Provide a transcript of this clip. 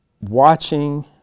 watching